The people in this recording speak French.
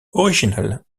originales